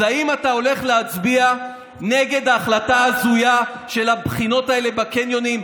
זה אם אתה הולך להצביע נגד ההחלטה ההזויה של הבחינות האלה בקניונים.